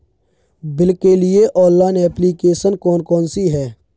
Bill के लिए online application कौन कौन सी हैं?